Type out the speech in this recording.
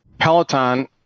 Peloton